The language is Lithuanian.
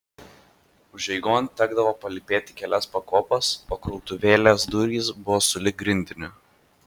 užeigon tekdavo palypėti kelias pakopas o krautuvėlės durys buvo sulig grindiniu